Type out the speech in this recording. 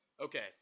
Okay